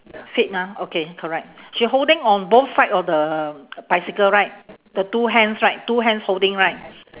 fade ah okay correct she holding on both side of the bicycle right the two hands right two hands holding right